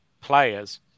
players